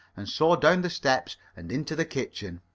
and so down the steps and into the kitchen.